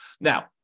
Now